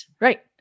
right